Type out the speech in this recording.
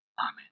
Amen